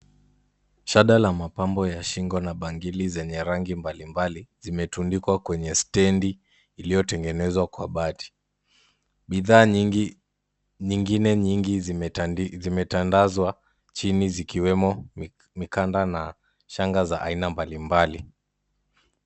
Shada la mapambo ya shingo na bangili zenye rangi mbalimbali zimetundikwa kwenye stendi iliyotengenezwa kwa bati. Bidhaa nyingine nyingi zimetandazwa chini zikiwemo mikanda na shanda za aina mbalimbali.